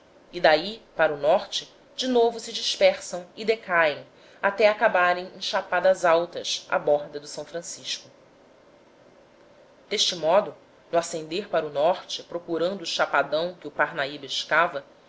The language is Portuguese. e daí para o norte de novo se dispersam e descaem até acabarem em chapadas altas à borda do s francisco deste modo no ascender para o norte procurando o chapadão que o parnaíba escava